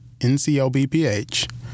NCLBPH